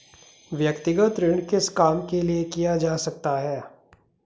व्यक्तिगत ऋण किस काम के लिए किया जा सकता है?